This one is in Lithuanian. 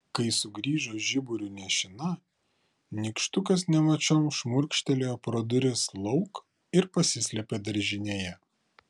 kai sugrįžo žiburiu nešina nykštukas nemačiom šmurkštelėjo pro duris lauk ir pasislėpė daržinėje